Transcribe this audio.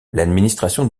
l’administration